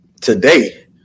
today